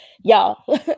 y'all